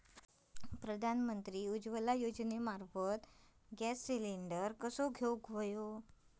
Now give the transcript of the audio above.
प्रधानमंत्री उज्वला योजनेमार्फत gas cylinder कसो घेऊचो?